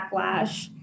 backlash